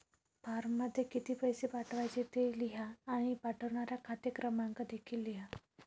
फॉर्ममध्ये किती पैसे पाठवायचे ते लिहा आणि पाठवणारा खाते क्रमांक देखील लिहा